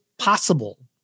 possible